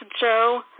Joe